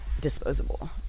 disposable